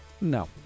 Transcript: No